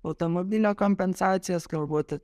automobilio kompensacijas galbūt